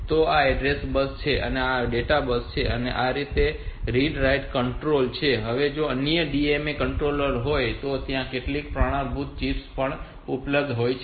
તો આ address bus છે આ ડેટા બસ છે અને આ રીડ રાઈટ કંટ્રોલ છે હવે જો ત્યાં અન્ય DMA કંટ્રોલર હોય તો ત્યાં કેટલીક પ્રમાણભૂત ચિપ્સ પણ ઉપલબ્ધ હોય છે